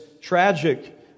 tragic